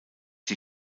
die